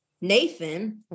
Nathan